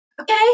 okay